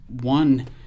one